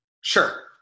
Sure